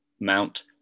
mount